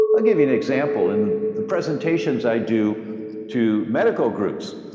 ah give you an example, in the presentations i do to medical groups.